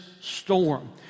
storm